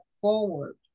forward